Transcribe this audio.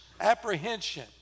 apprehension